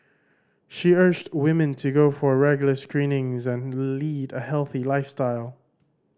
she urged women to go for regular screenings and lead a healthy lifestyle